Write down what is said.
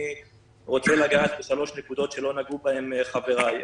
אני רוצה לגעת בשלוש נקודות שלא נגעו בהן חבריי.